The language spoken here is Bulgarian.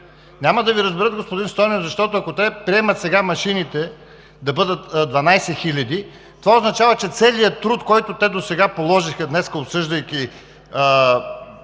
Няма да Ви разберат, господин Стойнев, защото, ако сега приемат машините да бъдат 12 хиляди, това означава, че целият труд, който досега положиха, обсъждайки